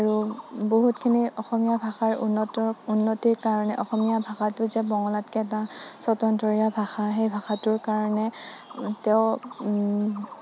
আৰু বহুতখিনি অসমীয়া ভাষাৰ উন্নত উন্নতিৰ কাৰণে অসমীয়া ভাষাটো যে বঙলাতকে এটা স্বতন্ত্ৰৰীয়া ভাষা সেই ভাষাটোৰ কাৰণে তেওঁ